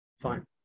Fine